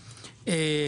וכדומה.